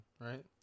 right